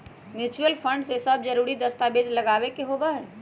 mutual fund में सब जरूरी दस्तावेज लगावे के होबा हई